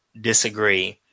disagree